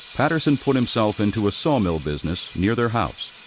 patterson put himself into a sawmill business near their house.